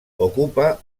ocupa